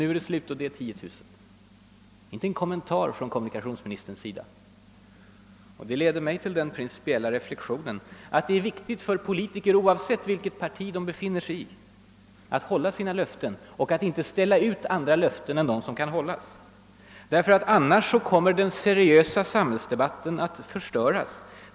Nu är det slut, och där bor ungefär 10000. Men ingen som helst kommentar vill kommunikationsministern göra till det. Det leder mig till den principiella reflexionen att det är viktigt för politiker, oavsett vilket parti de tillhör, att hålla sina löften och inte ställa ut andra löften än dem som kan hållas. Ty annars kommer den seriösa samhällsdebatten att förstöras.